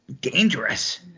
dangerous